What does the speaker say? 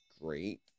Great